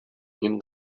این